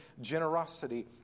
generosity